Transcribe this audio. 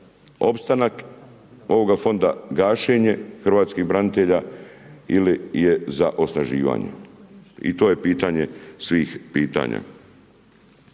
opstanak ovoga fonda, gašenje hrvatskih branitelja ili je za osnaživanje. I to je pitanje svih pitanja.